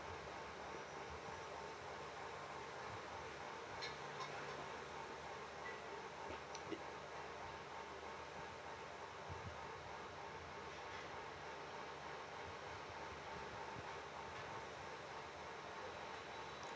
it